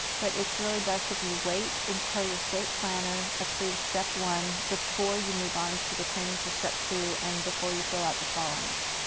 but it's really best if you wait until your state planner approves step one before you move on to the training for step two and before you fill out the columns.